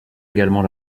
également